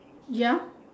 ya